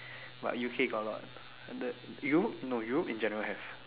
but U_K got a lot the Europe no Europe in general have